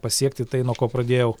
pasiekti tai nuo ko pradėjau